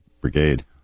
brigade